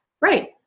right